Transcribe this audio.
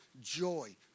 joy